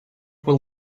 will